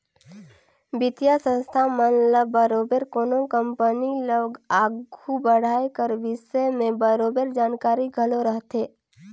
बित्तीय संस्था मन ल बरोबेर कोनो कंपनी ल आघु बढ़ाए कर बिसे में बरोबेर जानकारी घलो रहथे